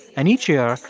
and each year,